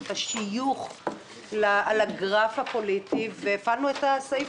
את השיוך לגרף הפוליטי והפעלנו את הסעיף